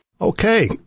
Okay